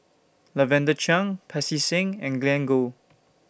Lavender Chang Pancy Seng and Glen Goei